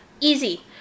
easy